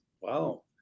Wow